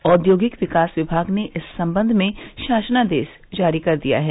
औद्योगिक विकास विमाग ने इस संबंध में शासनादेश जारी कर दिया है